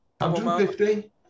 150